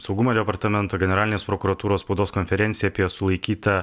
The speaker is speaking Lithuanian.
saugumo departamento generalinės prokuratūros spaudos konferencija apie sulaikytą